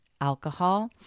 Alcohol